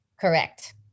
Correct